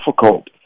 difficult